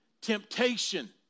temptation